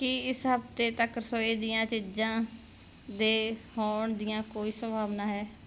ਕੀ ਇਸ ਹਫ਼ਤੇ ਤੱਕ ਰਸੋਈ ਦੀਆਂ ਚੀਜ਼ਾਂ ਦੇ ਹੋਣ ਦੀਆਂ ਕੋਈ ਸੰਭਾਵਨਾ ਹੈ